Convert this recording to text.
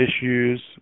issues